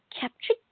capture